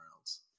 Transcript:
else